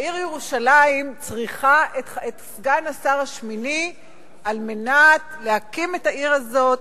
העיר ירושלים צריכה את סגן השר השמיני על מנת להקים את העיר הזו,